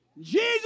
Jesus